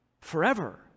forever